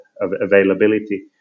availability